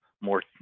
more